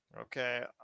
Okay